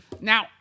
Now